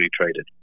traded